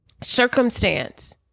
Circumstance